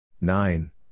Nine